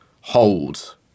hold